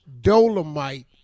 Dolomite